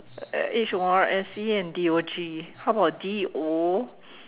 uh H O R S E and D O G how about D O